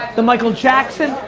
the michael jackson,